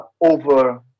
over